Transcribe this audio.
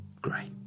Great